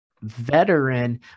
veteran